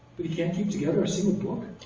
but he can't keep together a single book?